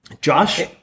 Josh